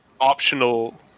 optional